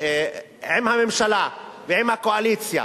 עם הממשלה ועם הקואליציה,